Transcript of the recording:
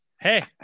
hey